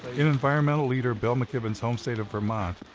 in environmental leader bill mckibben's home state of vermont,